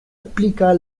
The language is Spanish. explica